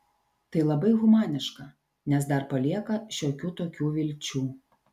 tai labai humaniška nes dar palieka šiokių tokių vilčių